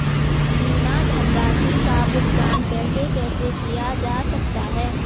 बीमा धनराशि का भुगतान कैसे कैसे किया जा सकता है?